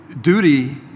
duty